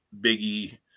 Biggie